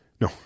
No